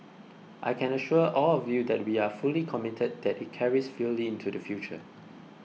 I can assure all of you that we are fully committed that it carries fully into the future